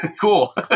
cool